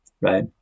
right